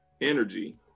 energy